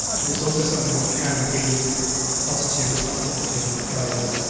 but it's also something that can be positive, uplifting, guiding,